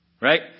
right